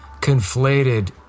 conflated